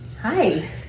Hi